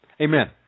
Amen